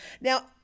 now